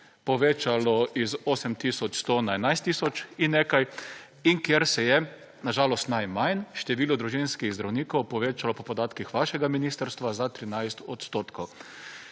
povečalo iz 8 tisoč 100 na 11 tisoč in nekaj in kjer se je na žalost najmanj število družinskih zdravnikov povečalo po podatkih vašega ministra za 13 odstotkov.